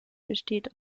besteht